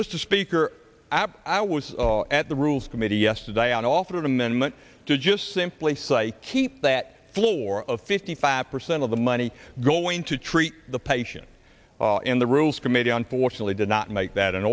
mr speaker i was at the rules committee yesterday offered an amendment to just simply say keep that floor of fifty five percent of the money going to treat the patient in the rules committee unfortunately did not make that